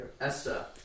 Esther